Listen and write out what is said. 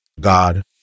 God